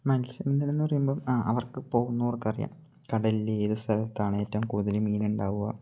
മത്സ്യബന്ധനമെന്ന് പറയുമ്പോള് ആ അവർക്ക് പോകുന്നവര്ക്കറിയാം കടലിലെ ഏത് സ്ഥലത്താണ് ഏറ്റവും കൂടുതല് മീനുണ്ടാവുക